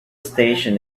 station